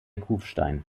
kufstein